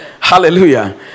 Hallelujah